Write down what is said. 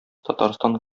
татарстан